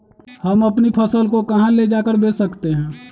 हम अपनी फसल को कहां ले जाकर बेच सकते हैं?